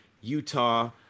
Utah